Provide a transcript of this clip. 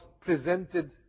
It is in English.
presented